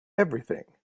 everything